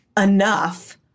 enough